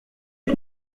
que